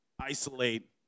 isolate